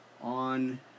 on